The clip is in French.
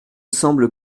semble